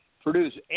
produce